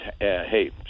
hey